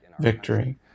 victory